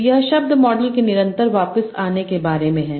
तो यह शब्द मॉडल के निरंतर वापस आने के बारे में है